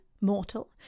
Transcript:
mortal